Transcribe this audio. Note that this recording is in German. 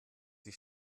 sie